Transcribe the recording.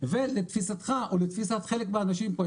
ולתפיסתך או לתפיסת חלק מהאנשים פה,